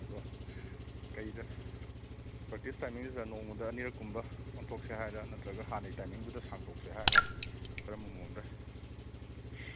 ꯑꯗꯣ ꯀꯔꯤꯗ ꯄ꯭ꯔꯥꯛꯇꯤꯁ ꯇꯥꯏꯃꯤꯡꯁꯦ ꯁꯥꯔ ꯅꯣꯡꯃꯗ ꯑꯅꯤꯔꯛ ꯀꯨꯝꯕ ꯑꯣꯟꯊꯣꯛꯁꯦ ꯍꯥꯏꯔ ꯅꯠꯇ꯭ꯔꯒ ꯍꯥꯟꯅꯒꯤ ꯇꯥꯏꯃꯤꯡꯗꯨꯗ ꯁꯥꯡꯇꯣꯛꯁꯦ ꯍꯥꯏꯔ ꯀꯔꯝꯕ ꯃꯑꯣꯡꯗ